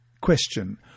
Question